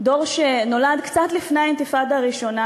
דור שנולד קצת לפני האינתיפאדה הראשונה